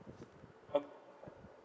mm